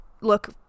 look